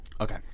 Okay